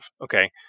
okay